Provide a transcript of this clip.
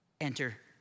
enter